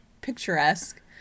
picturesque